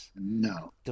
no